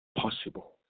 possible